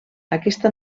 aquesta